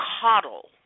coddle